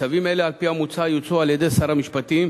צווים אלה, על-פי המוצע, יוצאו על-ידי שר המשפטים,